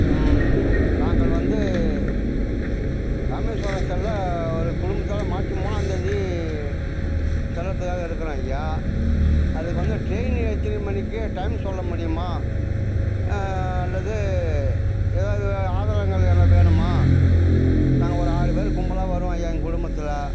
நாங்கள் வந்து ராமேஸ்வரம் செல்ல வர குடும்பத்தோட மார்சு மூணாந்தேதி செல்கிறதுக்காக இருக்கிறோம் ஐயா அதுக்கு வந்து ட்ரெயின் எத்தனி மணிக்கு டைம் சொல்ல முடியுமா அல்லது ஏதாவது ஆதாரங்கள் ஏதாவது வேணுமா நாங்கள் ஒரு ஆறு பேர் கும்பலாக வருவோம் ஐயா எங்கள் குடும்பத்தில்